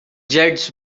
jets